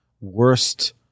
worst